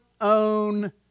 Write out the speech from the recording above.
own